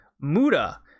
Muda